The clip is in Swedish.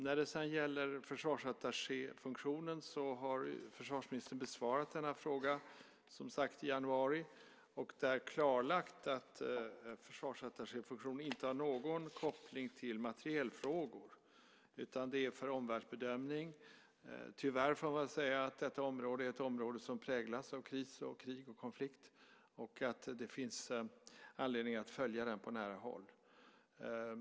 Försvarsministern har besvarat frågan om försvarsattachéfunktionen i januari och då klarlagt att försvarsattachéfunktionen inte har någon koppling till materielfrågor. Den är för omvärldsbedömning. Detta område är tyvärr ett område som präglas av kriser, krig och konflikt. Det finns anledning att följa det på nära håll.